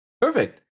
Perfect